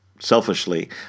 selfishly